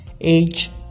age